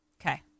Okay